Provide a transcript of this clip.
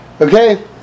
Okay